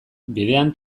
bidean